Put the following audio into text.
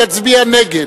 יצביע נגד,